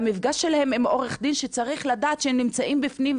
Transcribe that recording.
המפגש שלהם עם עורך דין שצריך לדעת שהם נמצאים בפנים,